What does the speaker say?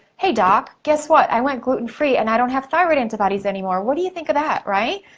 hey doc, guess what? i went gluten free, and i don't have thyroid antibodies anymore. what do you think of that, right.